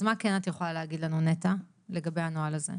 אז מה כן את יכולה להגיד לנו נטע לגבי הנוהל הזה?